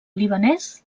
libanès